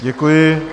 Děkuji.